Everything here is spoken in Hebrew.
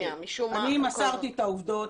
אני מסרתי את העובדות.